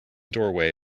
doorway